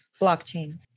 Blockchain